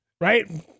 right